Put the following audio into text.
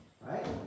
right